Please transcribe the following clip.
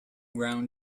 ground